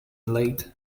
late